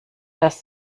das